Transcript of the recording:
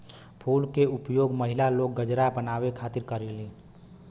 फूल के उपयोग महिला लोग गजरा बनावे खातिर करलीन